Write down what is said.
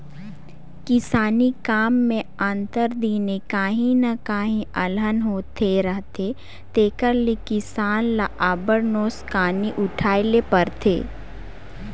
किसानी काम में आंतर दिने काहीं न काहीं अलहन होते रहथे तेकर ले किसान ल अब्बड़ नोसकानी उठाए ले परथे